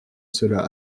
cela